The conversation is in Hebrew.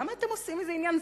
למה אתם עושים מזה עניין?